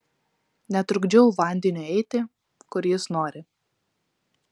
netrukdžiau vandeniui eiti kur jis nori